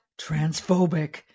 transphobic